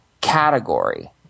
category